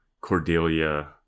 Cordelia